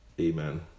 Amen